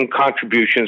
contributions